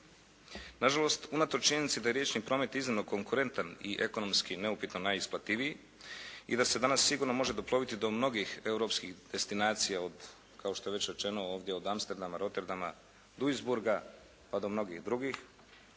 Na žalost, unatoč činjenici da je riječni promet iznimno konkurentan i ekonomski neupitno najisplativiji i da se danas sigurno može doploviti do mnogih europskih destinacija od kao što je već rečeno ovdje od Amsterdama, Roterdama, Duisburga pa do mnogih drugih,